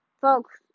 Folks